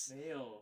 没有